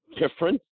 Different